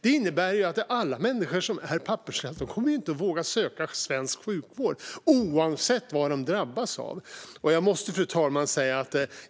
Det innebär att alla papperslösa människor inte kommer att våga söka svensk sjukvård oavsett vad de drabbas av. Fru talman!